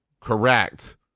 Correct